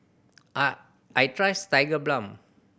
I trust Tigerbalm